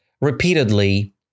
repeatedly